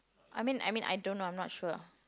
I mean I mean I don't I'm not sure